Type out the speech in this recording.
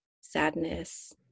sadness